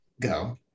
go